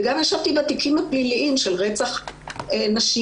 וגם ישבתי בתיקים הפליליים של רצח נשים,